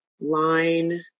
line